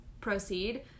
proceed